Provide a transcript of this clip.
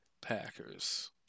Packers